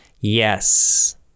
Yes